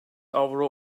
avro